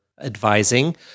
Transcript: advising